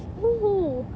!woohoo!